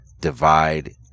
divide